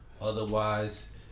otherwise